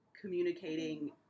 communicating